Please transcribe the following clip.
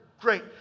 Great